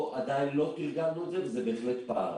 פה עדיין לא תרגלנו את זה וזה בהחלט פער.